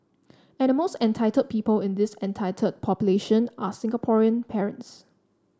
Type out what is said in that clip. and the most entitled people in this entitled population are Singaporean parents